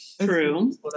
True